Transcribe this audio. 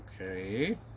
Okay